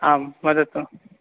आं वदतु